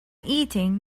eating